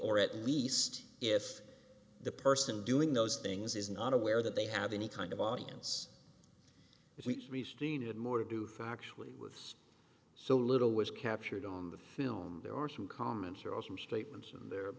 or at least if the person doing those things is not aware that they have any kind of audience if we had more to do factually so little was captured on the film there are some comment here or some statements in there